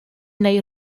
neu